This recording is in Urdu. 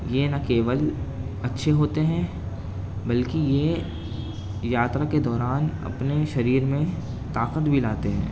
یہ نہ کیول اچھے ہوتے ہیں بلکہ یہ یاترا کے دوران اپنے شریر میں طاقت بھی لاتے ہیں